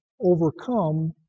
overcome